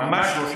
לא, ממש לא שלך,